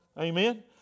Amen